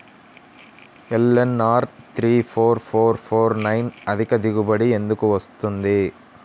LNR three four four four nine అధిక దిగుబడి ఎందుకు వస్తుంది?